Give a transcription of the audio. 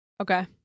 Okay